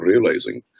realizing